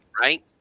Right